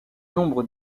nombres